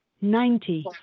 Ninety